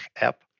app